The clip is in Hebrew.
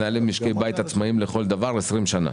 הם מנהלים משקי בית עצמאים לכל דבר כבר 20 שנים.